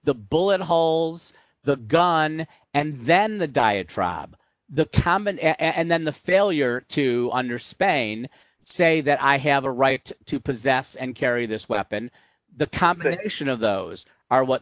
the bullet holes the gun and then the diatribe the common and then the failure to under spain say that i have a right to possess and carry this weapon the composition of those are what